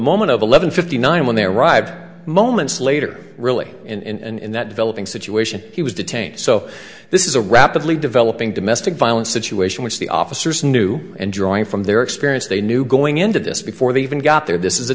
moment of eleven fifty nine when they arrived moments later really in that developing situation he was detained so this is a rapidly developing domestic violence situation which the officers knew and drawing from their experience they knew going into this before they even got there this is a